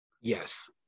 yes